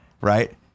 right